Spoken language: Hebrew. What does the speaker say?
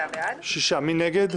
מי נגד?